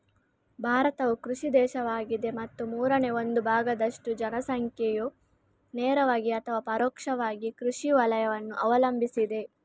ಭಾರತವು ಕೃಷಿ ದೇಶವಾಗಿದೆ ಮತ್ತು ಮೂರನೇ ಒಂದು ಭಾಗದಷ್ಟು ಜನಸಂಖ್ಯೆಯು ನೇರವಾಗಿ ಅಥವಾ ಪರೋಕ್ಷವಾಗಿ ಕೃಷಿ ವಲಯವನ್ನು ಅವಲಂಬಿಸಿದೆ